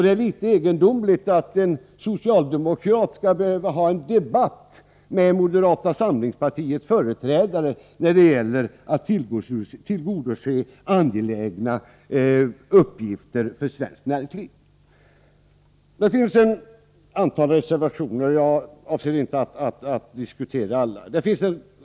Det är litet egendomligt att en socialdemokrat skall behöva föra en debatt med företrädare för moderata samlingspartiet när det gäller att tillgodose för svenskt näringsliv angelägna behov. Det finns ett antal reservationer. Jag avser inte att diskutera alla.